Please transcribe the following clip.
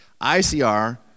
ICR